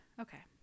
okay